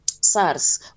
sars